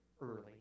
early